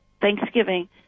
Thanksgiving